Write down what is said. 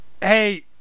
hey